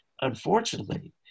unfortunately